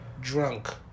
drunk